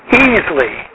easily